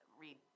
read